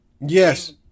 yes